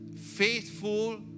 faithful